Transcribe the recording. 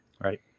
Right